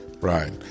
Right